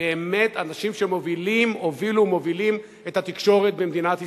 באמת אנשים שהובילו ומובילים את התקשורת במדינת ישראל,